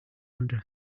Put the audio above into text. under